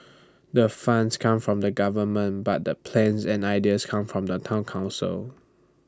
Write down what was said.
the funds come from the government but the plans and ideas come from the Town Council